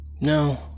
no